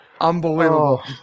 unbelievable